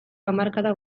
hamarkada